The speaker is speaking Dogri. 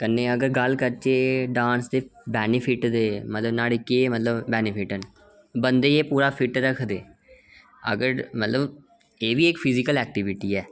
ते कन्नै अगर गल्ल करचै डांस दे बैनिफिट दी ते बंदे गी एह् पूरा फिट रखदे एह् बी इक फिज़िकल ऐक्टिविटी ऐ